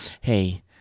hey